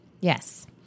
Yes